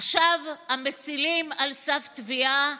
עכשיו המצילים על סף טביעה,